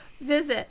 visit